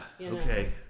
Okay